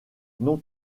non